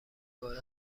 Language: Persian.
باره